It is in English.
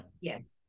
Yes